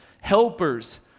helpers